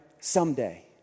Someday